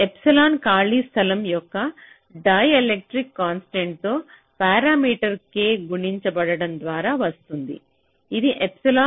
మరియు ε ఖాళీ స్థలం యొక్క డైఎలెక్ట్రిక్ కాన్స్టెంట్ తో పారామీటర్ k గుణించబడడం ద్వారా వస్తుంది ఇది ε0